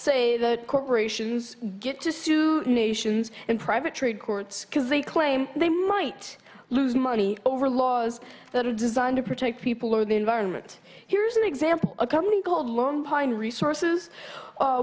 say corporations get to sue nations and private trade courts because they claim they might lose money over laws that are designed to protect people or the environment here's an example a company called long pine resources